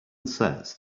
sets